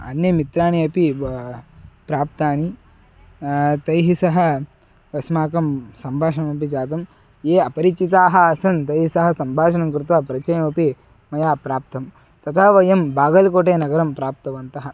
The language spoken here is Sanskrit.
अन्ये मित्राणि अपि प्राप्तानि तैः सह अस्माकं सम्भाषणमपि जातं ये अपरिचिताः आसन् तैः सह सम्भाषणं कृत्वा परिचयमपि मया प्राप्तं तथा वयं बागल्कोटे नगरं प्राप्तवन्तः